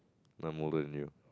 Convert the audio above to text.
I'm more older than you